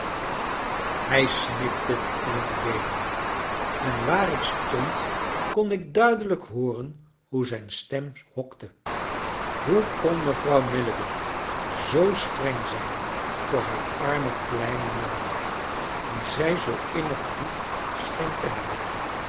hij snikte van t weenen en waar ik stond kon ik duidelijk hooren hoe zijn stem hokte hoe kon mevrouw milligan zoo streng zijn voor haar armen kleinen jongen dien zij zoo innig lief scheen te hebben